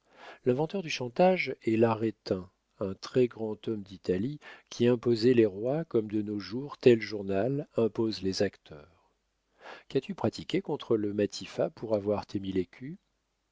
l'inventeur du chantage est l'arétin un très-grand homme d'italie qui imposait les rois comme de nos jours tel journal impose les acteurs qu'as-tu pratiqué contre le matifat pour avoir tes mille